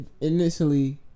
initially